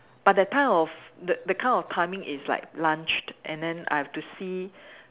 but that time of the the kind of timing is like lunch and then I have to see